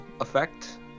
effect